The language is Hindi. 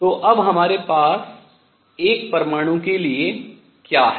तो अब हमारे पास एक परमाणु के लिए क्या है